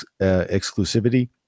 exclusivity